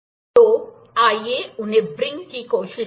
तो आइए उन्हें व्रिंग की कोशिश करें